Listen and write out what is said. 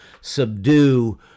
subdue